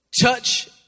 touch